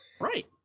Right